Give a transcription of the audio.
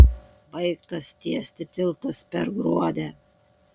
baigtas tiesti tiltas per gruodę